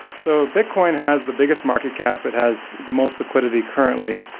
so bitcion has the biggest market cap. it has the most liquidity currently.